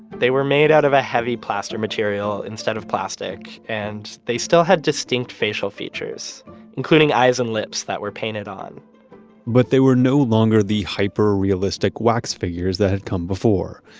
they were made out of a heavy plaster material instead of plastic and they still had distinct facial features including eyes and lips that were painted on but they were no longer the hyper-realistic wax figures that had come before.